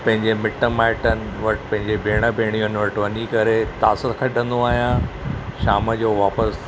पंहिंजे मिट माइटनि वटि पंहिंजे भेण भेणिअनि वटि वञी करे तास खेडंदो आहियां शाम जो वापसि